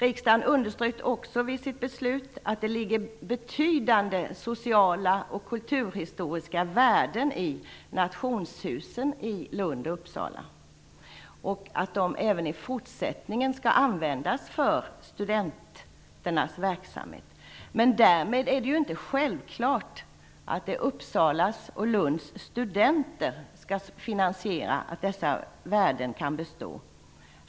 Riksdagen underströk också vid sitt beslut att det finns betydande sociala och kulturhistoriska värden i nationshusen i Lund och Uppsala och att de även i fortsättningen skall användas för studenternas verksamhet. Därmed är det inte självklart att det är Uppsalas och Lunds studenter som skall finansiera detta så att dessa värden kan bestå.